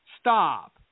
Stop